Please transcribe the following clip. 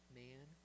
man